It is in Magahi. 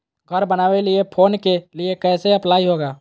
घर बनावे लिय लोन के लिए कैसे अप्लाई होगा?